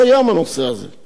אני שואל, אדוני היושב-ראש,